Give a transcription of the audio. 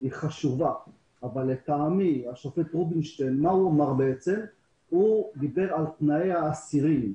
היא חשובה אבל השופט רובינשטיין דיבר על תנאי האסירים.